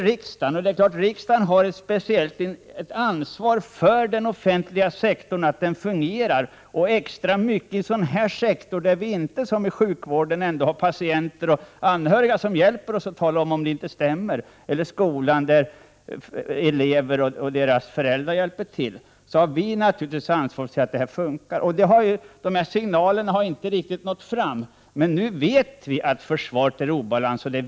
Riksdagen har ett speciellt ansvar för att den offentliga sektorn fungerar, och det gäller i extra hög grad ett sådant område som försvaret. Det är inte som inom sjukvården, där patienter och anhöriga hjälper oss att tala om ifall det inte stämmer, eller som i skolan där elever och deras föräldrar hjälper till. Signalerna har inte riktigt nått fram, men nu vet vi att försvaret är i obalans.